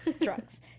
Drugs